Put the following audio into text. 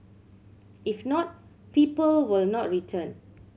if not people will not return